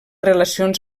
relacions